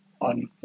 on